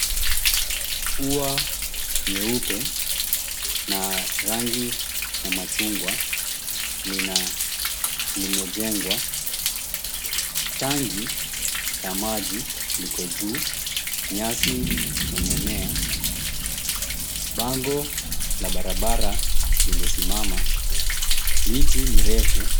Ua nyeupe na rangi ya machungwa limejengwa tangi la maji liko juu nyasi imemea, bango la barabara limesimama miti mirefu.